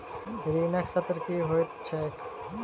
ऋणक शर्त की होइत छैक?